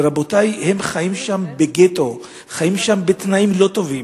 רבותי, הם חיים שם בגטו, חיים שם בתנאים לא טובים.